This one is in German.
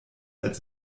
als